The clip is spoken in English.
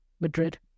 Madrid